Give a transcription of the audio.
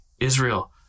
Israel